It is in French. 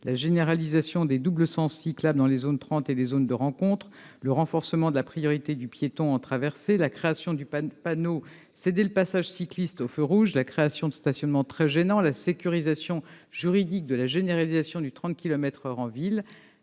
la généralisation des doubles sens cyclables dans les zones 30 et les zones de rencontre, le renforcement de la priorité du piéton lors d'une traversée de chaussée, la création du panneau cédez-le-passage cycliste au feu rouge, la création du stationnement très gênant, la sécurisation juridique de la généralisation du 30 kilomètres par heure en ville,